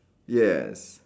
yes